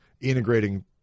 integrating